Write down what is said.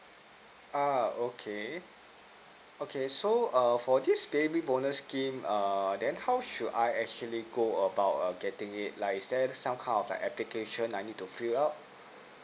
uh okay okay so err for this baby bonus scheme err then how should I actually go about err getting it like is there some kind of like application I need to fill up